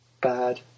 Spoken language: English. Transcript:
bad